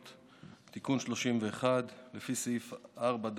להתמודדות עם נגיף הקורונה החדש (הוראת